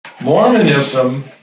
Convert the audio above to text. Mormonism